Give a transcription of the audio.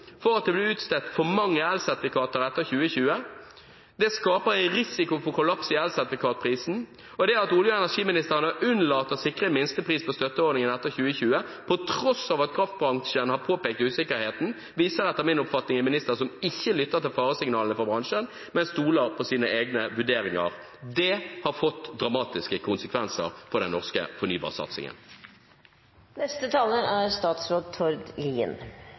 for at det blir utstedt for mange elsertifikater etter 2020. Det skaper en risiko for kollaps i elsertifikatprisen. Det at olje- og energiministeren har unnlatt å sikre en minstepris på støtteordningen etter 2020, på tross av at kraftbransjen har påpekt usikkerheten, viser etter min oppfatning en minister som ikke lytter til faresignalene fra bransjen, men stoler på sine egne vurderinger. Det har fått dramatiske konsekvenser for den norske fornybarsatsingen. Siden det nå er